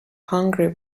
hungry